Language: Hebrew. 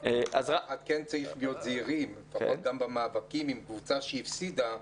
צריך להיות זהירים גם במאבקים עם קבוצה שהפסידה.